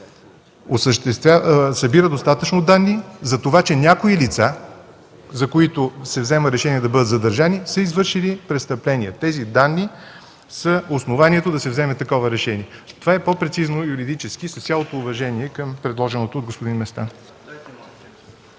събира достатъчно данни за това, че някои лица, за които се взема решение да бъдат задържани, са извършили престъпление. Тези данни са основанието да се вземе такова решение. Това е по-прецизно юридически, с цялото уважение към предложеното от господин Местан.